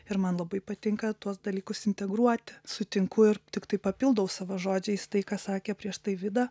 ir man labai patinka tuos dalykus integruoti sutinku ir tiktai papildau savo žodžiais tai ką sakė prieš tai vida